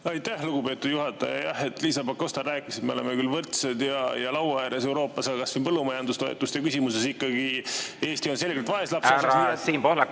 Aitäh, lugupeetud juhataja! Liisa Pakosta rääkis, et me oleme küll võrdsed ja laua ääres Euroopas, aga kas või põllumajandustoetuste küsimuses ikkagi Eesti on selgelt vaeslapse osas …